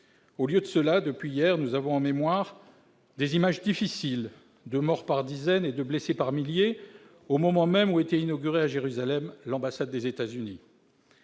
Au lieu de cela, depuis hier, nous avons en mémoire des images difficiles de morts par dizaines et de blessés par milliers, au moment même où était inaugurée à Jérusalem l'ambassade des États-Unis.